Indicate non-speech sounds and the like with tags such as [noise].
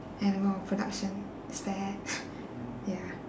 animal production is bad [noise] ya